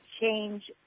Change